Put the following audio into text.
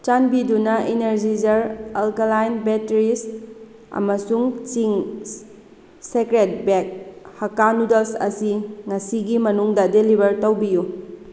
ꯆꯥꯟꯕꯤꯗꯨꯅ Energizer alkaline batteries ꯑꯃꯁꯨꯡ Ching's secret veg hakka noodles ꯑꯁꯤ ꯉꯁꯤꯒꯤ ꯃꯅꯨꯡꯗ ꯗꯦꯂꯤꯚꯔ ꯇꯧꯕꯤꯌꯨ